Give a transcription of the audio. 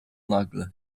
nagle